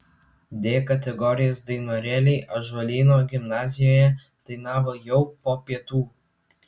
d kategorijos dainorėliai ąžuolyno gimnazijoje dainavo jau po pietų